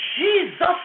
Jesus